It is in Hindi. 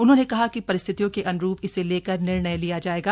उन्होंने कहा कि परिस्थितियों के अन्रूप इसे लेकर निर्णय लिया जाएगा